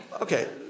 Okay